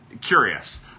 Curious